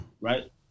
Right